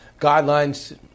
guidelines